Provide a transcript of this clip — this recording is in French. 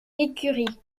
écuries